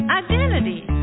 identity